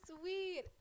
sweet